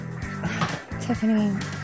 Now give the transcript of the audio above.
Tiffany